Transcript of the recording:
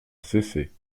cesset